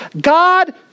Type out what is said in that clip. God